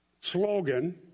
slogan